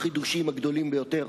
החידושים הגדולים ביותר,